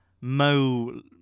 Mo